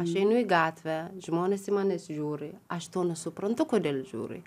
aš einu į gatvę žmonės į manęs žiūri aš to nesuprantu kodėl žiūri